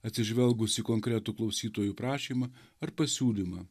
atsižvelgus į konkretų klausytojų prašymą ar pasiūlymą